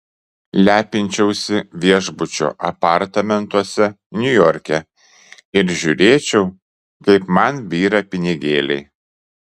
lepinčiausi viešbučio apartamentuose niujorke ir žiūrėčiau kaip man byra pinigėliai